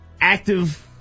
active